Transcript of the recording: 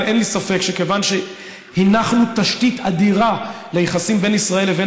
אבל אין לי ספק שכיוון שהנחנו תשתית אדירה ליחסים בין ישראל לבין